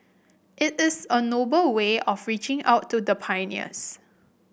it is a noble way of reaching out to the pioneers